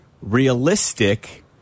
realistic